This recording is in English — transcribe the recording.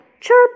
chirp